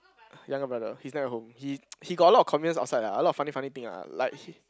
younger brother he's never at home he he got a lot of commitments outside lah a lot of funny funny thing ah like he